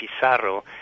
Pizarro